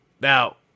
Now